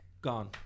gone